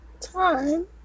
time